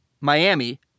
Miami